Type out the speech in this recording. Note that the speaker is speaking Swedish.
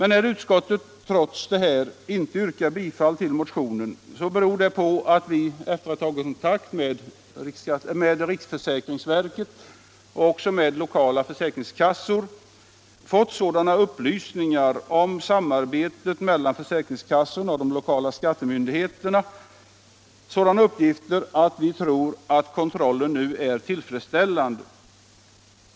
När utskottet trots detta inte tillstyrker motionen beror det på att vi efter att ha tagit kontakt med riksförsäkringsverket och lokala försäkringskassor har fått sådana upplysningar om samarbetet mellan försäkringskassorna och de lokala skattemyndigheterna att vi tror att kontrollen nu är tillfredsställande.